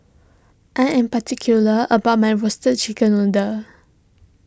I am particular about my Roasted Chicken Noodle